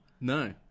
No